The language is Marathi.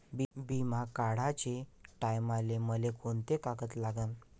बिमा काढाचे टायमाले मले कोंते कागद लागन?